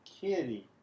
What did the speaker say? kitty